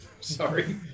Sorry